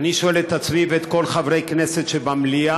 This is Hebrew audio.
אני שואל את עצמי ואת כל חברי הכנסת שבמליאה